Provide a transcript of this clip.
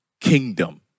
kingdom